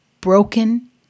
broken